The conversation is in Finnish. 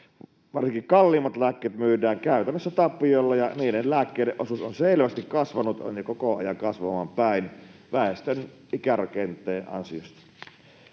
Varsinkin kalliimmat lääkkeet myydään käytännössä tappiolla, ja niiden lääkkeiden osuus on selvästi kasvanut ja koko ajan kasvamaan päin väestön ikärakenteen ansiosta.